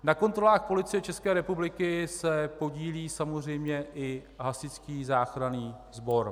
Na kontrolách Policie České republiky se podílí samozřejmě i Hasičský záchranný sbor.